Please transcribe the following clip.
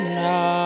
now